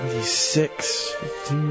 Six